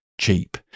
cheap